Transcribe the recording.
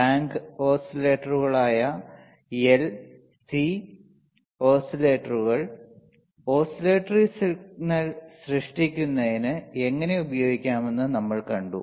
tank ഓസിലേറ്ററുകളായ L C ഓസിലേറ്ററുകൾ oscillatory signal സൃഷ്ടിക്കുന്നതിന് എങ്ങനെ ഉപയോഗിക്കാമെന്ന് നമ്മൾ കണ്ടു